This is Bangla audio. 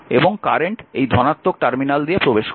এবং কারেন্ট এই ধনাত্মক টার্মিনাল দিয়ে প্রবেশ করছে